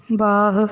बाँह